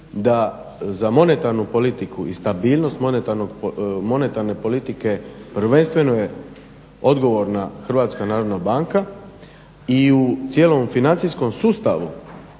da za monetarnu politiku i stabilnost monetarne politike prvenstveno je odgovorna HNB i u cijelom financijskom sustavu